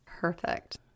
Perfect